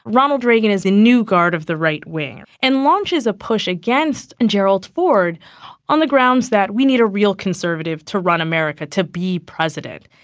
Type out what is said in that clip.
ronald reagan is a new guard of the right wing and launches a push against and gerald ford on the grounds that we need a real conservative to run america, to be president.